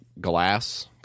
glass